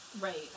Right